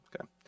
okay